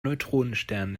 neutronenstern